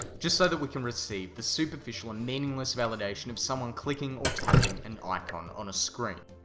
just so that we can receive the superficial and meaningless validation of someone clicking or tapping an icon on a screen.